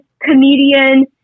comedian